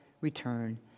return